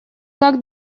как